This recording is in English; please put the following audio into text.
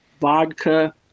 vodka